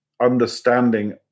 understanding